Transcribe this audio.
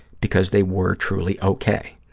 because they were truly okay.